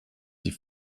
die